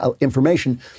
information